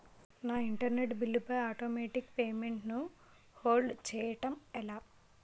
నా internet bill పై automatic payment ను హోల్డ్ చేయటం ఎలా?